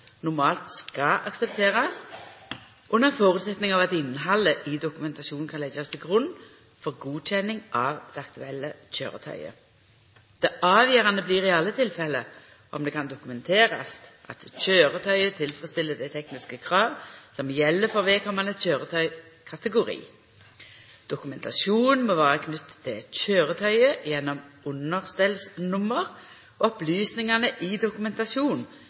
skal aksepterast, under føresetnad av at innhaldet i dokumentasjonen kan leggjast til grunn for godkjenning av det aktuelle køyretøyet. Det avgjerande blir i alle tilfelle om det kan dokumenterast at køyretøyet tilfredsstiller dei tekniske krava som gjeld for vedkomande køyretøykategori. Dokumentasjonen må vera knytt til køyretøyet gjennom understellsnummer, og opplysningane i